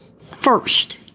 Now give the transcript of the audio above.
first